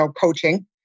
coaching